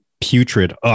putrid